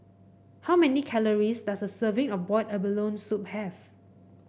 how many calories does a serving of Boiled Abalone Soup have